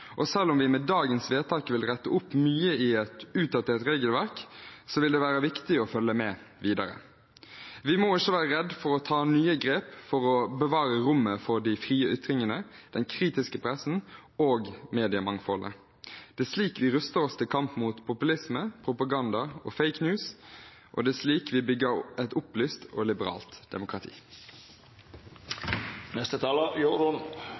og selv om vi med dagens vedtak vil rette opp mye i et utdatert regelverk, vil det være viktig å følge med videre. Vi må ikke være redde for å ta nye grep for å bevare rommet for de frie ytringene, den kritiske pressen og mediemangfoldet. Det er slik vi ruster oss til kamp mot populisme, propaganda og «fake news». Og det er slik vi bygger et opplyst og liberalt